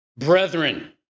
Brethren